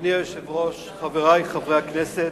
אדוני היושב-ראש, חברי חברי הכנסת,